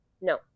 No